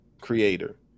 creator